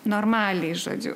normaliai žodžiu